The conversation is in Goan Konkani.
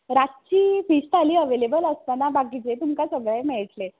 रात्ची फीश थाली अवेलेबल आसाना बाकिचें तुमकां सगळें मेळट्लें